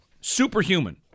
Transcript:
Superhuman